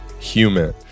Human